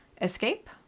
escape